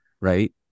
right